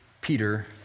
Peter